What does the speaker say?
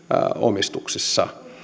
omistuksessa